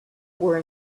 were